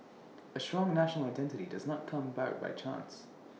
A strong national identity does not come about by chance